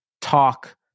talk